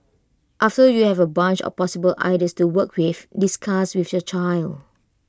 after you have A bunch of possible ideas to work with discuss with your child